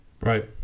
right